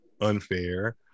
unfair